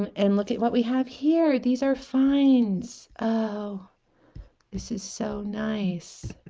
um and look at what we have here these are fines oh this is so nice